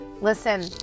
listen